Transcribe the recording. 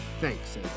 Thanks